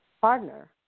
partner